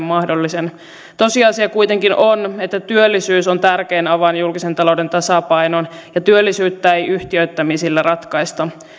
mahdollinen tosiasia kuitenkin on että työllisyys on tärkein avain julkisen talouden tasapainoon ja työllisyyttä ei yhtiöittämisillä ratkaista